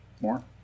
More